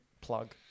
plug